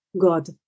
God